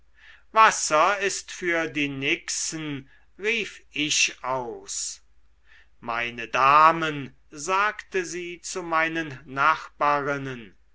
wasser ist für die nixen rief ich aus meine damen sagte sie zu meinen nachbarinnen